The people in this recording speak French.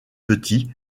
petit